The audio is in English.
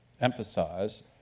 emphasize